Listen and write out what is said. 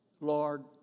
Lord